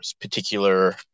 particular